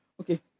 Okay